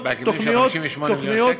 בהיקפים של 58 מיליון שקל?